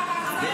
--- מה.